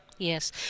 Yes